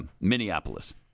Minneapolis